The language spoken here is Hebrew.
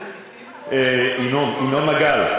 ינון מגל,